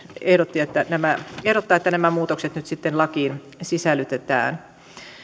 ehdottaa että nämä muutokset nyt sitten lakiin sisällytetään